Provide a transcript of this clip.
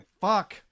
fuck